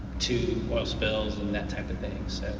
to oil spills and that type of thing,